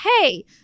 hey